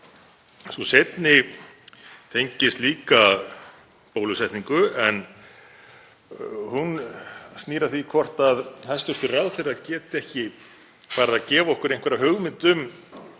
Sú seinni tengist líka bólusetningu en hún snýr að því hvort hæstv. ráðherra geti ekki farið að gefa okkur einhverja hugmynd um